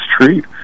street